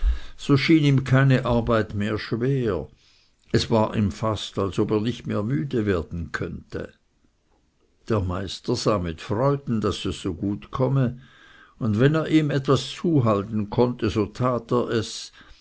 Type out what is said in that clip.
so schien ihm keine arbeit mehr schwer es war ihm fast als ob er nicht mehr müde werden könnte der meister sah mit freuden daß es so gut komme und wenn er ihm etwas zuhalten konnte so tat er es